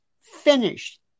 finished